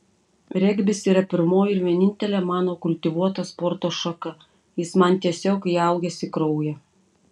regbis yra pirmoji ir vienintelė mano kultivuota sporto šaka jis man tiesiog įaugęs į kraują